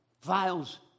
vials